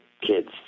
kids